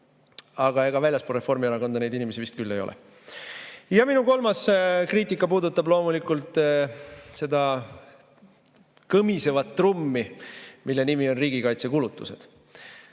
ega väljaspool Reformierakonda neid inimesi vist küll ei ole. Minu kolmas kriitika puudutab loomulikult seda kõmisevat trummi, mille nimi on riigikaitsekulutused.